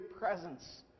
presence